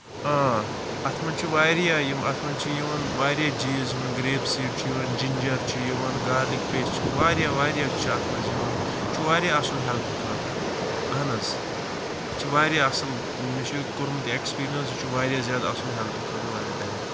اۭں آتھ منٛز چھِ واریاہ یِم اَتھ منٛز چھِ یِوان چیٖز یِوان گریپٕس سیٖڈ چھِ یِوان جِنجر چھِ یِوان گارلِک پیسٹ چھُ یِوان واریاہ واریاہ چھِ اَتھ منٛز یِوان یہِ چھُ واریاہ اَصٕل ہیٚلتھہٕ خٲطرٕ اَہن حظ یہِ چھُ واریاہ اَصٕل مےٚ چھُ کوٚرمُت یہِ ایٚکٕسپِرینٕس یہِ چھُ واریاہ زیادٕ اَصٕل ہیٚلتھٕ خٲطرٕ واریاہ بہتریٖن